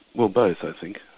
well both i think.